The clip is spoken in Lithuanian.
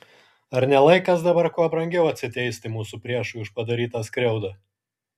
ar ne laikas dabar kuo brangiau atsiteisti mūsų priešui už padarytą skriaudą